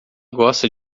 gosta